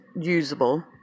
usable